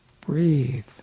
Breathe